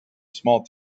small